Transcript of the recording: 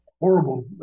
horrible